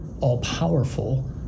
all-powerful